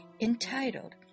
entitled